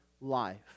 life